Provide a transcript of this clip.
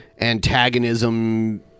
antagonism